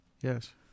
Yes